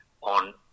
on